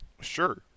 sure